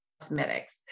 cosmetics